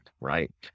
right